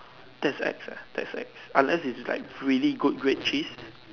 that's ex leh that's ex unless it's like really good grade cheese